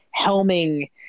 helming